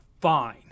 fine